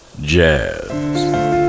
jazz